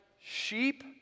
sheep